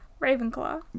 Ravenclaw